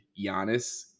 Giannis